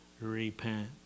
repent